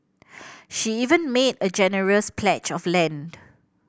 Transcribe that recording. she even made a generous pledge of land